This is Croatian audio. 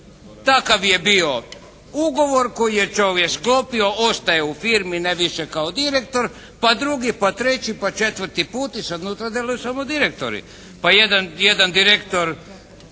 Takav je bio ugovor koji je čovjek sklopio, ostaje u firmi ne više kao direktor, pa drugi, pa treći, pa četvrti put i sad unutra delaju samo direktori. Pa jedan direktor